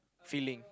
feeling